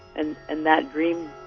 and and that dream,